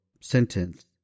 sentence